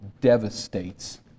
devastates